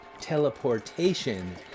teleportation